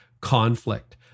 conflict